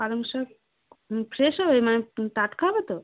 পালং শাক ফ্রেশ হবে মানে টাটকা হবে তো